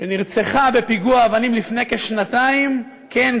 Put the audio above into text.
שנרצחה בפיגוע אבנים לפני כשנתיים כן,